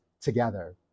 together